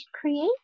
create